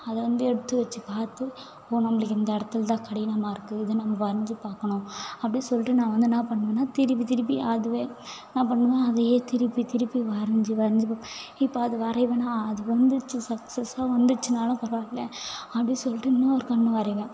அதை வந்து எடுத்து வச்சு பார்த்து ஓ நம்மளுக்கு இந்த இடத்துல தான் கடினமாக இருக்குது இதை நம்ம வரைந்து பார்க்கணும் அப்படின் சொல்லிட்டு நான் வந்து என்ன பண்ணுவேன்னா திருப்பி திருப்பி அதுவே என்னா பண்ணுவேன் அதையே திருப்பி திருப்பி வரைந்து வரைந்து பார்ப்பேன் இப்போ அது வரையிவேனா அது வந்துச்சு சக்ஸஸாக வந்துச்சினாலும் பரவாயில்லை அப்படின் சொல்லிட்டு இன்னொரு கண்ணு வரையிவேன்